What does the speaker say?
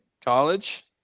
College